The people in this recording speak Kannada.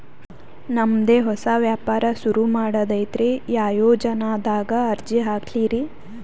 ನಮ್ ದೆ ಹೊಸಾ ವ್ಯಾಪಾರ ಸುರು ಮಾಡದೈತ್ರಿ, ಯಾ ಯೊಜನಾದಾಗ ಅರ್ಜಿ ಹಾಕ್ಲಿ ರಿ?